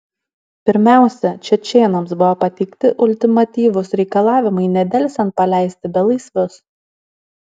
pirmiausia čečėnams buvo pateikti ultimatyvūs reikalavimai nedelsiant paleisti belaisvius